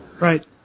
Right